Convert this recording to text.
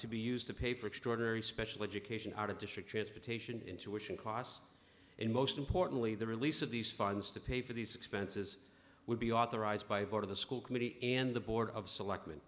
to be used to pay for extraordinary special education out of district transportation in tuition costs and most importantly the release of these funds to pay for these expenses would be authorized by board of the school committee and the board of select